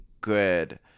good